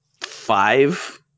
five